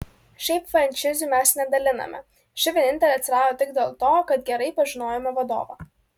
šiaip frančizių mes nedaliname ši vienintelė atsirado tik dėl to kad gerai pažinojome vadovą